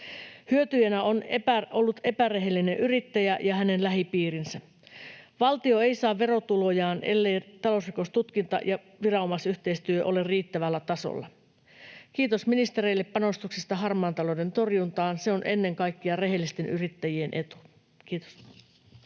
Hyötyjinä ovat olleet epärehellinen yrittäjä ja hänen lähipiirinsä. Valtio ei saa verotulojaan, elleivät talousrikostutkinta ja viranomaisyhteistyö ole riittävällä tasolla. Kiitos ministereille panostuksista harmaan talouden torjuntaan. Se on ennen kaikkea rehellisten yrittäjien etu. — Kiitos.